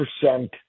percent